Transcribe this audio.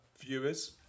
viewers